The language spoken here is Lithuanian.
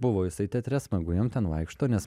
buvo jisai teatre smagu jam ten vaikšto nes